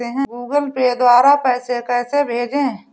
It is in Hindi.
गूगल पे द्वारा पैसे कैसे भेजें?